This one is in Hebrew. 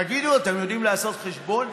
תגידו, אתם יודעים לעשות חשבון?